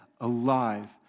alive